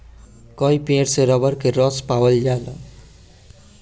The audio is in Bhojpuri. कई पेड़ से रबर के रस पावल जाला